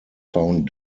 found